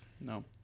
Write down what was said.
No